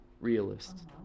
Realist